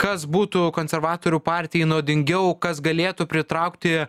kad kas būtų konservatorių partijai naudingiau kas galėtų pritraukti